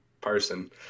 person